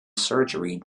surgery